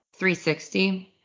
360